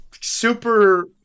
super